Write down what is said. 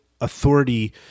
authority